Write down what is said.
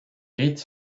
rites